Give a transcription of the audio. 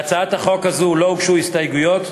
להצעת החוק הזאת לא הוגשו הסתייגויות,